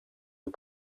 aux